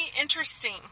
interesting